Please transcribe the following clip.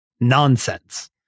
nonsense